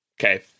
Okay